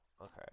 okay